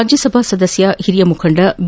ರಾಜ್ಯ ಸಭಾ ಸದಸ್ಯ ಹಿರಿಯ ಮುಖಂಡ ಬಿ